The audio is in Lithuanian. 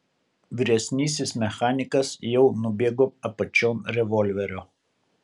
vyresnysis mechanikas jau nubėgo apačion revolverio